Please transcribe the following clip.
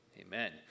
Amen